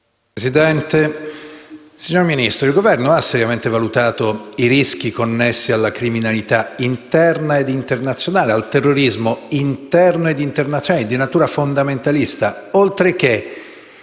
*(M5S)*. Signor Ministro, il Governo ha seriamente valutato i rischi connessi alla criminalità interna ed internazionale, al terrorismo interno e internazionale di natura fondamentalista, oltreché,